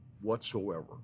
whatsoever